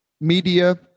media